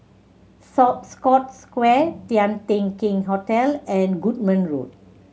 sore Scotts Square Tian Teck Keng Hotel and Goodman Road